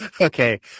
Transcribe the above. Okay